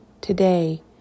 Today